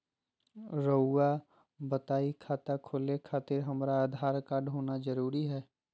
रउआ बताई खाता खोले खातिर हमरा आधार कार्ड होना जरूरी है?